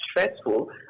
stressful